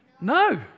No